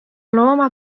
looma